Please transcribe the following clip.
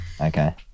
okay